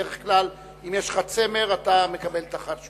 בדרך כלל, אם יש לך צמר, אתה מקבל את החשמל.